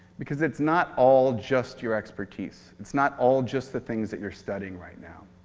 because it's not all just your expertise, it's not all just the things that you're studying right now.